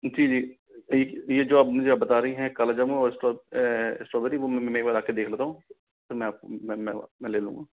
जी जी ये जो आप मुझे बता रही हैं काला जामुन और स्ट्रॉबेरी वह मैं एक बार आकर देख लेता हूँ मैं मैं ले लूँगा